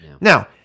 Now